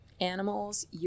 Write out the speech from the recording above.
animals